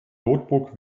notebook